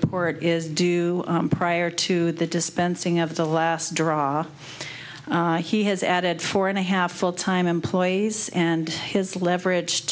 report is due prior to the dispensing of the last draw he has added four and a half full time employees and his leveraged